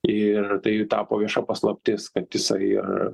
ir tai jų tapo vieša paslaptis kad jisai ir